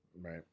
right